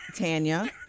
tanya